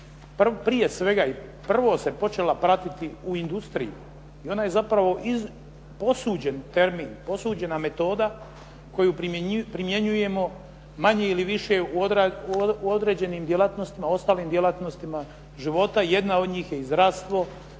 prije svega i prvo se počela pratiti u industriji i ona je zapravo posuđen termin, posuđena metoda koju primjenjujemo manje ili više u određenim djelatnostima, ostalim djelatnostima života, jedna od njih je i zdravstvo,